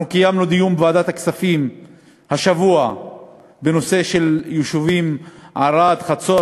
אנחנו קיימנו השבוע דיון בוועדת הכספים בנושא של היישובים ערד וחצור,